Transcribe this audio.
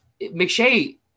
McShay